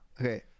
Okay